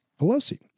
Pelosi